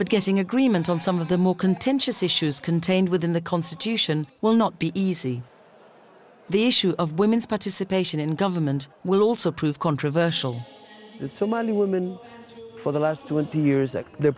but getting agreement on some of the more contentious issues contained within the constitution will not be easy the issue of women's participation in government will also prove controversial the somali women for the last twenty years that their